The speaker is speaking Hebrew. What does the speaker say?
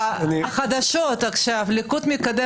החירות עוד מעט,